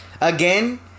Again